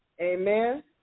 Amen